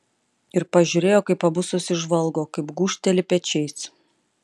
ir pažiūrėjo kaip abu susižvalgo kaip gūžteli pečiais